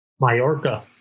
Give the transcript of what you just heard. Majorca